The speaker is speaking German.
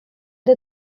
der